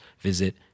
visit